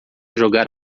jogar